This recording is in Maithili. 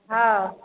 हँ